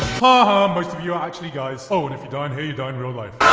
haha, most of you are actually guys! oh and if you die in here you die in real life.